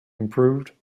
improved